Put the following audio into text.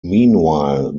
meanwhile